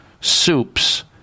soups